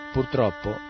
Purtroppo